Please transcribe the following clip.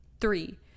Three